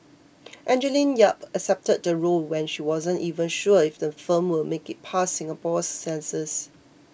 Angeline Yap accepted the role when she wasn't even sure if the film will make it past Singapore's censors